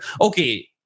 Okay